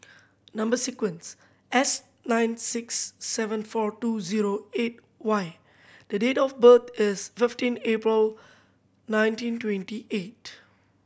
number sequence S nine six seven four two zero eight Y the date of birth is fifteen April nineteen twenty eight